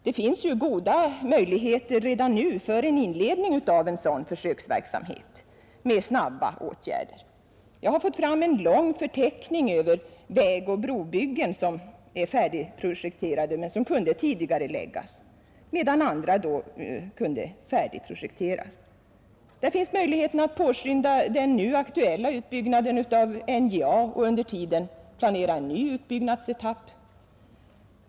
Det finns ju goda möjligheter redan nu att inleda en sådan försöksverksamhet med snabba åtgärder. Jag har fått fram en lång förteckning över vägoch brobyggen som är färdigprojekterade men som kunde tidigareläggas, medan andra då kunde färdigprojekteras. Det finns möjlighet att påskynda den nu aktuella utbyggnaden av NJA och att under tiden planera en ny utbyggnadsetapp.